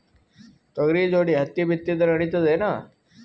ತೊಗರಿ ಜೋಡಿ ಹತ್ತಿ ಬಿತ್ತಿದ್ರ ನಡಿತದೇನು?